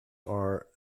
are